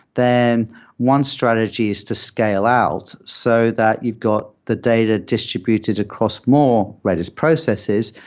then one strategy is to scale out so that you've got the data distributed across more redis processes,